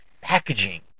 packaging